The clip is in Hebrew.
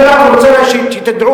אני רק רוצה שתדעו,